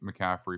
McCaffrey